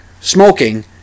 smoking